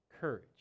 courage